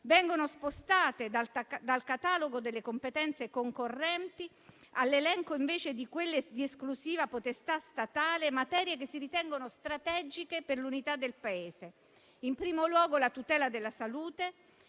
Vengono spostate, dal catalogo delle competenze concorrenti all'elenco invece di quelle di esclusiva potestà statale, materie che si ritengono strategiche per l'unità del Paese: in primo luogo la tutela della salute